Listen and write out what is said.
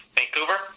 Vancouver